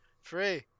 Free